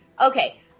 Okay